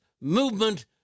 movement